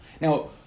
Now